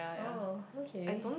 oh okay